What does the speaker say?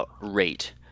rate –